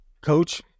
Coach